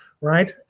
right